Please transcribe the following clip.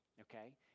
okay